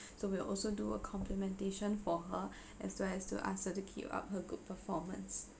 so will also do a complementation for her as well as to ask her to keep up her good performance